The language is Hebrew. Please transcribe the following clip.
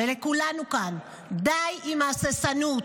ולכולנו כאן: די עם ההססנות.